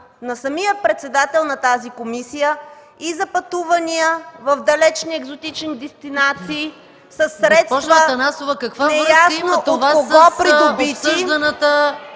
на самия председател на тази комисия и за пътувания в далечни екзотични дестинации със средства, неясно от кого придобити?